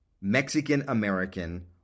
Mexican-American